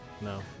no